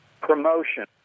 promotion